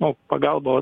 nu pagalba o